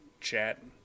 chat